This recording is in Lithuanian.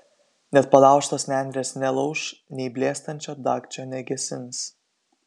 net palaužtos nendrės nelauš nei blėstančio dagčio negesins